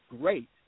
great